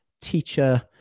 teacher